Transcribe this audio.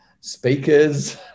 speakers